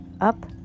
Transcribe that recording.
up